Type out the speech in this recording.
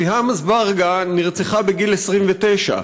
סיהאם זבארגה נרצחה בגיל 29,